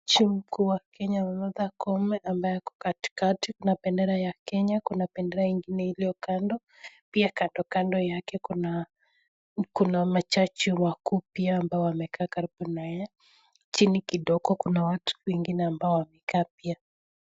Jaji mkuu wa Kenya martha Koome ambaye ako katikakati, kuna bendera ya Kenya, kuna bendera ingine iliyo kando, pia kandokando yake kuna majaji wakuu pia ambao wamekaa karibu na yeye, chini kidogo kuna watu ambao wamekaa pia.